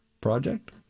Project